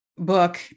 book